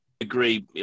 Agree